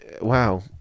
Wow